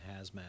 hazmat